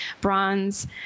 bronze